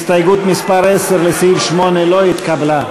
הסתייגות מס' 10 לסעיף 8 לא התקבלה.